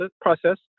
process